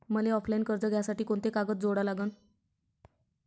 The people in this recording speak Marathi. मले ऑफलाईन कर्ज घ्यासाठी कोंते कागद जोडा लागन?